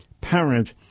parent